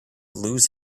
lose